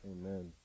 Amen